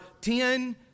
ten